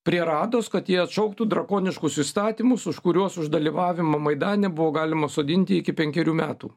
prie rados kad jie atšauktų drakoniškus įstatymus už kuriuos už dalyvavimą maidane buvo galima sodinti iki penkerių metų